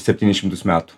septynis šimtus metų